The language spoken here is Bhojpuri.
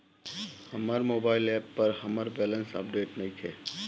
हमर मोबाइल ऐप पर हमर बैलेंस अपडेट नइखे